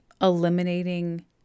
eliminating